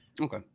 Okay